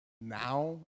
now